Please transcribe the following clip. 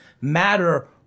matter